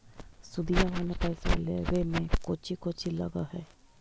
सुदिया वाला पैसबा लेबे में कोची कोची लगहय?